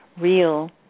real